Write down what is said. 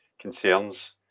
concerns